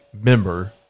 member